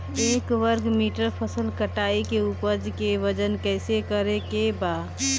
एक वर्ग मीटर फसल कटाई के उपज के वजन कैसे करे के बा?